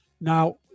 Now